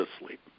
asleep